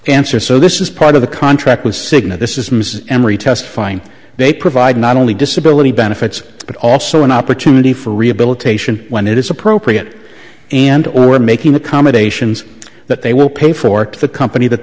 answer so this is part of the contract with cigna this is mrs emery testifying they provide not only disability benefits but also an opportunity for rehabilitation when it is appropriate and or making accommodations that they will pay for the company th